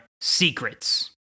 secrets